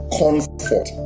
comfort